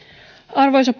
arvoisa